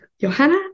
Johanna